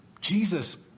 Jesus